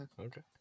Okay